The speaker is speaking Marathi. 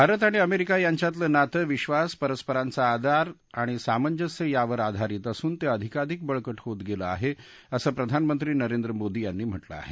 भारत आणि अमेरिका यांच्यातलं नातं विश्वास परस्परांचा आदर आणि सामंजस्य यावर आधारित असून ते अधिकाधिक बळकट होत गेलं आहे असं प्रधानमंत्री नरेंद्र मोदी यांनी म्हटलं आहे